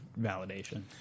validation